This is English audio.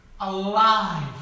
alive